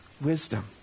wisdom